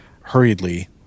hurriedly